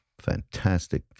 fantastic